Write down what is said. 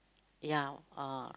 ya uh